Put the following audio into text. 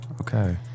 Okay